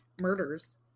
murders